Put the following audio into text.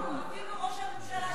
אפילו ראש הממשלה,